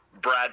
Brad